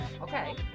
Okay